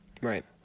Right